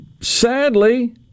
sadly